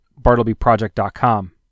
BartlebyProject.com